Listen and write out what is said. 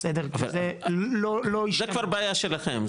אבל זה לא --- זה כבר בעיה שלכם,